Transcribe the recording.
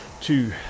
two